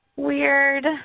Weird